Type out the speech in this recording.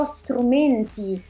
strumenti